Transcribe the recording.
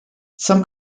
some